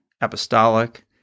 Apostolic